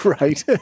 Right